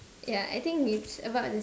yeah I think it's about the